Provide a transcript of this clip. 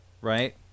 right